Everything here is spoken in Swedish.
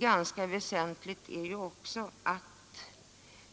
Ganska väsentligt är också,